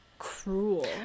Cruel